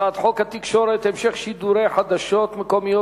הצעת חוק התקשורת (המשך שידורי חדשות מקומיות